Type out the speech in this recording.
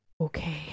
Okay